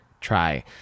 try